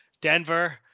Denver